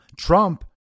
Trump